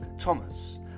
Thomas